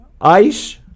ICE